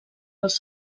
als